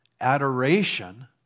adoration